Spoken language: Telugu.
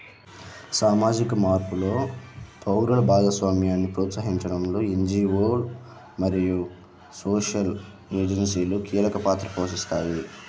సామాజిక మార్పులో పౌరుల భాగస్వామ్యాన్ని ప్రోత్సహించడంలో ఎన్.జీ.వో మరియు సోషల్ ఏజెన్సీలు కీలక పాత్ర పోషిస్తాయి